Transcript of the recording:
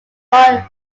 sion